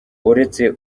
uretse